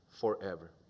forever